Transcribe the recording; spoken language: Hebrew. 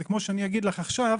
זה כמו שאני אגיד לך עכשיו: